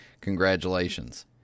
Congratulations